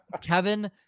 Kevin